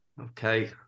okay